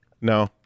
No